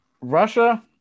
Russia